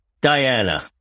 Diana